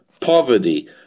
poverty